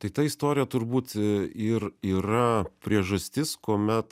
tai ta istorija turbūt ir yra priežastis kuomet